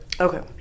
Okay